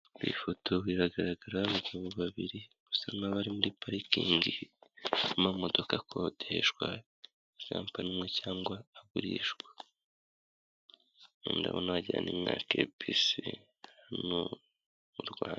Ifoto iragaragaraho abagabo babiri, basa nkaho bari muri parikingi, harimo ama modoka akodeshwa, cyangwa agurishwa, ndabona wagira ngo ni nka kebisi hano mu Rwanda.